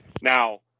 Now